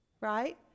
right